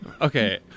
Okay